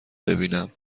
ببینم